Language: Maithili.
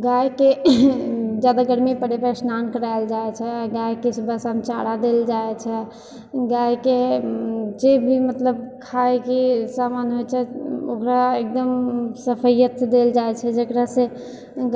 गाइके ज्यादा गर्मी पड़ैपर अस्नान कराएल जाए छै गाइके सुबह शाम चारा देल जाए छै गाइके जे भी मतलब खाएके सामान होइ छै ओकरा एकदम सफैअतसँ देल जाए छै जकरासँ